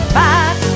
back